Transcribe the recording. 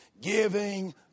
giving